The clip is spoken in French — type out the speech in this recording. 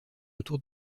autour